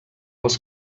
als